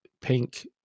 pink